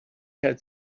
had